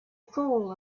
fall